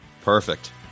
Perfect